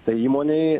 tai įmonei